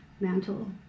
mantle